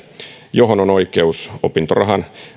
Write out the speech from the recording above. johon on oikeus opintorahan